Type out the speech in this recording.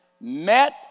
met